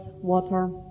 water